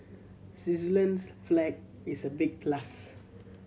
Switzerland's flag is a big plus